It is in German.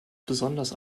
besonders